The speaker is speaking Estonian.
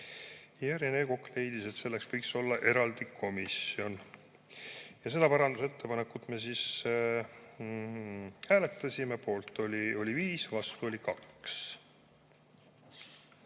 Rene Kokk leidis, et selleks võiks olla eraldi komisjon. Seda parandusettepanekut me hääletasime. Poolt oli 5, vastu oli 2.